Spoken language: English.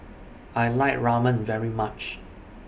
I like Ramen very much